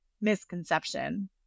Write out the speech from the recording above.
misconception